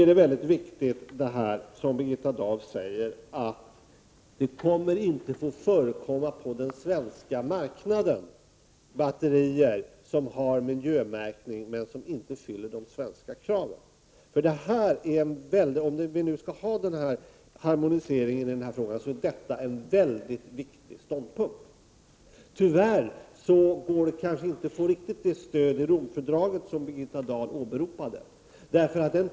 Det som Birgitta Dahl säger om att det inte kommer att få förekomma batterier som har miljömärkning men som inte fyller de svenska kraven på den svenska marknaden är mycket viktigt. Om vi nu skall ha harmonisering i denna fråga, är detta en mycket viktig ståndpunkt. Tyvärr går det kanske inte riktigt att få det stöd i Romfördraget som Birgitta Dahl åberopade.